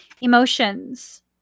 Emotions